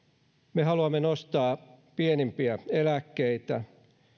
me haluamme nostaa pienimpiä eläkkeitä